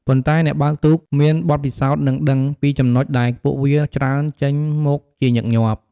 ប៉ុន្តែអ្នកបើកទូកមានបទពិសោធន៍នឹងដឹងពីចំណុចដែលពួកវាច្រើនចេញមកជាញឹកញាប់ ។